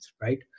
right